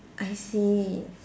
I see